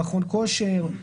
מכון כושר,